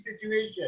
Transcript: situation